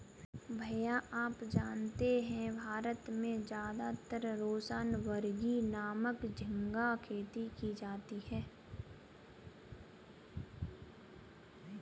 भैया आप जानते हैं भारत में ज्यादातर रोसेनबर्गी नामक झिंगा खेती की जाती है